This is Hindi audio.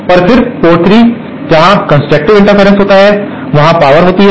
पर फिर पोर्ट 3 जहां कंस्ट्रक्टिवे इंटरफेरेंस होता है वहां शक्ति होती है